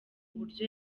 buryo